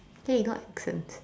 okay nonsense